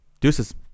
deuces